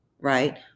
right